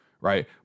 Right